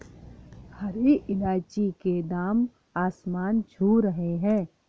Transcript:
हरी इलायची के दाम आसमान छू रहे हैं